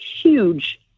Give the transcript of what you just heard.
huge